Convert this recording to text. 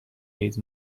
ایدز